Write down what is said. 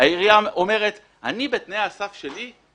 העירייה אומרת שבתנאי הסף שלה,